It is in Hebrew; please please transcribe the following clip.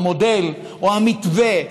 את המודל או המתווה,